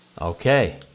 Okay